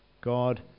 God